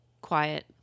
quiet